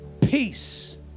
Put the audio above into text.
Peace